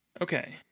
Okay